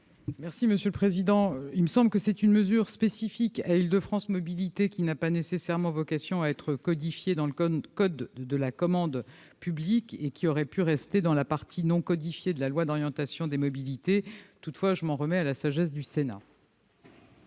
du Gouvernement ? Il me semble que cette mesure spécifique à Île-de-France Mobilités n'a pas nécessairement vocation à être codifiée dans le code de la commande publique et aurait pu rester dans la partie non codifiée de la loi d'orientation des mobilités. Toutefois, je m'en remets à la sagesse du Sénat.